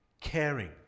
caring